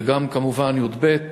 וגם כמובן י"ב,